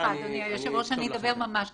היושב ראש, אני אדבר ממש בקצרה.